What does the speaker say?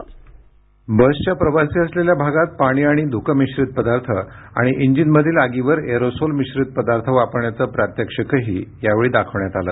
ध्वनी बसच्या प्रवासी असलेल्या भागात पाणी आणि धुकं मिश्रित पदार्थ आणि इंजिनमधील आगीवर एरोसोल मिश्रित पदार्थ वापरण्याचं प्रात्यक्षिकंही यावेळी दाखवण्यात आलं